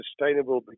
sustainable